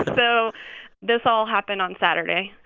so this all happened on saturday.